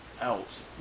else